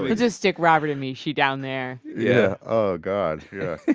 just stick robert and mishy down there yeah oh god, yeah.